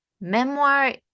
memoir